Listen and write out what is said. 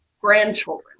grandchildren